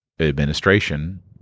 administration